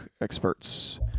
experts